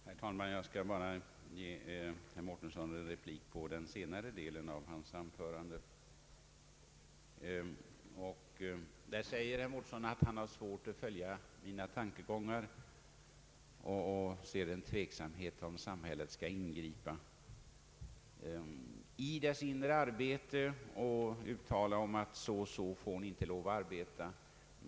Herr talman! Jag skall bara ge herr Mårtensson en replik på den senare delen av hans anförande. Herr Mårtensson sade att han har svårt att följa mina tankegångar, och han ställde sig tveksam till att samhället ingriper i elevorganisationernas inre arbete och gör uttalanden om hur organisationerna skall få lov att arbeta.